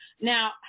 Now